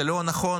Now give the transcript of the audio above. זה לא נכון